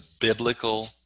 biblical